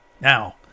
Now